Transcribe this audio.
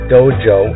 Dojo